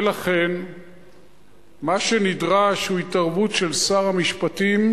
לכן מה שנדרש הוא התערבות של שר המשפטים.